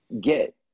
get